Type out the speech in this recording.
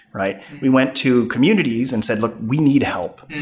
right? we went to communities and said, look, we need help.